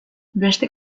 beste